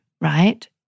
right